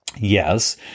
Yes